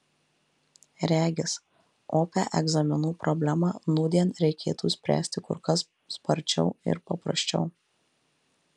regis opią egzaminų problemą nūdien reikėtų spręsti kur kas sparčiau ir paprasčiau